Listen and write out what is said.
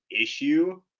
issue